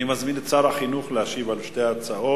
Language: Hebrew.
אני מזמין את שר החינוך להשיב על שתי ההצעות.